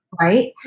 right